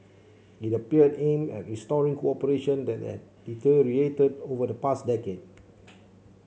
it appeared aimed at restoring cooperation that had deteriorated over the past decade